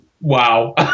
Wow